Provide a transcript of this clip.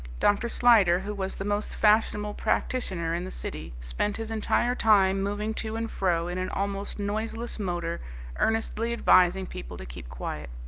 dr. slyder, who was the most fashionable practitioner in the city, spent his entire time moving to and fro in an almost noiseless motor earnestly advising people to keep quiet.